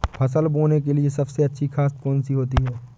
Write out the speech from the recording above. फसल बोने के लिए सबसे अच्छी खाद कौन सी होती है?